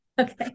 Okay